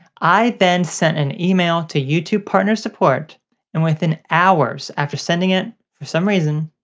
i then send an email to youtube partner support and within hours after sending it, for some reason,